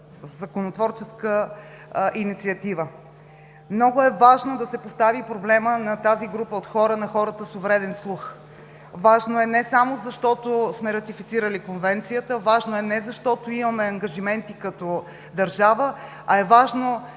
законотворческа инициатива. Много е важно да се постави проблемът на тази група от хора – на хората с увреден слух. Важно е не само защото сме ратифицирали Конвенцията, важно е не защото имаме ангажименти като държава, а е важно по една